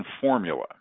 formula